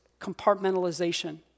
compartmentalization